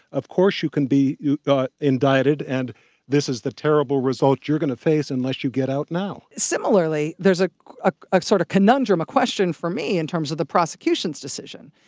of course you can be indicted. and this is the terrible result you're gonna face unless you get out now similarly, there's a ah like sort of conundrum, a question for me, in terms of the prosecution's decision.